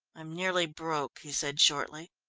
i'm nearly broke, he said shortly.